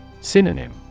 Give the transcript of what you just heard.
Synonym